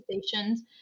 stations